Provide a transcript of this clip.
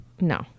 no